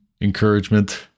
encouragement